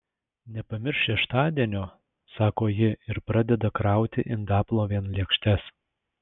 nepamiršk šeštadienio sako ji ir pradeda krauti indaplovėn lėkštes